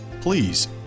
Please